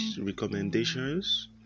recommendations